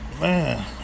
Man